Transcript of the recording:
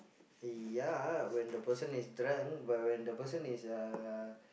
ya when the person is drunk but when the person is uh